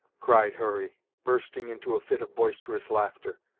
cried hurry, bursting into a fit of boisterous laughter,